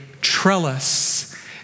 trellis